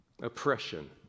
oppression